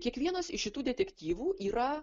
kiekvienas iš tų detektyvų yra